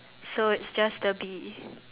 so it's just the bee